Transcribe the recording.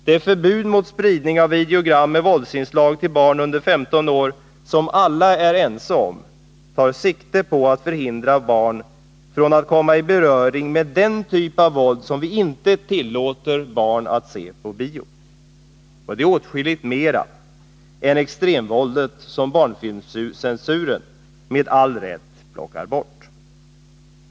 Det förbud mot spridning av videogram med våldsinslag till barn under 15 år som alla är ense om tar sikte på att förhindra barn från att komma i beröring med den typ av våld som vi inte tillåter barn att se på bio. Och det är åtskilligt mer än extremvåldet som filmcensuren med all rätt plockar bort.